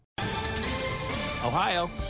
Ohio